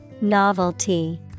Novelty